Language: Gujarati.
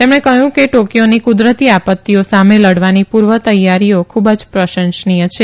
તેમણે કહ્યું કે ટોકીયોની કુદરતી આપત્તીઓ સામે લડવાની પુર્વ તૈયારીઓએ ખુબ પ્રશંસનીય છે